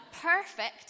perfect